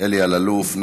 אלי אלאלוף.